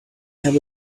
have